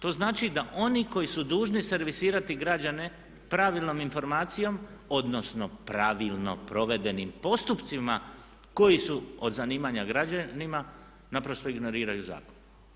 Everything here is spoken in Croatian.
To znači da oni koji su dužni servisirati građane pravilnom informacijom odnosno pravilno provedenim postupcima koji su od zanimanja građanima naprosto ignoriraju zakon.